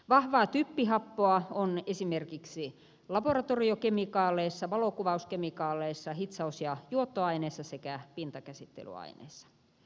vahvaa typpihappoa on esimerkiksi laboratoriokemikaaleissa valokuvauskemikaaleissa hitsaus ja juottoaineissa sekä pintakäsittelyaineissa